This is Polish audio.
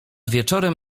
wieczorem